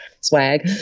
swag